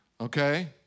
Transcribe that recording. Okay